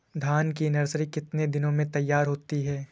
धान की नर्सरी कितने दिनों में तैयार होती है?